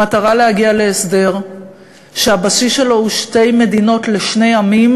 במטרה להגיע להסדר שהבסיס שלו הוא שתי מדינות לשני עמים,